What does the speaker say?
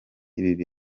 ibi